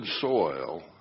soil